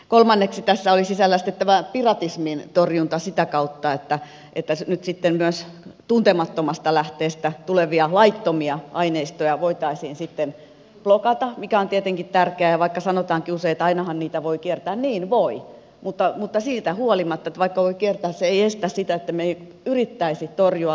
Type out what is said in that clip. kolmanneksi tässä oli sisällä sitten tämä piratismin torjunta sitä kautta että nyt sitten myös tuntemattomasta lähteestä tulevia laittomia aineistoja voitaisiin blokata mikä on tietenkin tärkeää ja vaikka sanotaankin usein että ainahan niitä voi kiertää niin voi mutta siitä huolimatta vaikka voi kiertää se ei estä sitä että me emme yrittäisi torjua laittomuutta